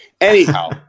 Anyhow